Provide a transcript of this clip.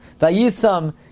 Vayisam